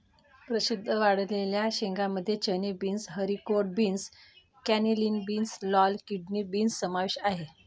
प्रसिद्ध वाळलेल्या शेंगांमध्ये चणे, beans, haricot beans, cannellini beans, लाल किडनी बीन्स समावेश आहे